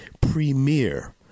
premier